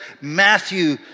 Matthew